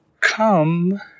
come